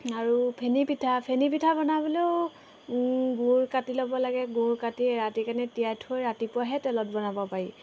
আৰু ফেনী পিঠা ফেনি পিঠা বনাবলৈও গুৰ কাটি ল'ব লাগে গুৰ কাটি ৰাতি মানে তিয়াই থৈ ৰাতিপুৱাহে তেলত বনাব পাৰি